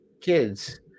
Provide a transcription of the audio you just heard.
kids